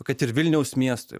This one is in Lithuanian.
kad ir vilniaus miestui